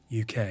UK